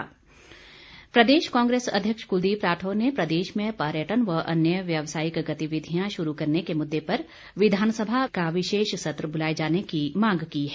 राठौर प्रदेश कांग्रेस अध्यक्ष कुलदीप राठौर ने प्रदेश में पर्यटन व अन्य व्यवसायिक गतिविधियां शुरू करने के मुद्दे पर विधानसभा का विशेष सत्र बुलाए जाने की मांग की है